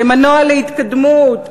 כמנוע להתקדמות.